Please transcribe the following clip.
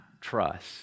trust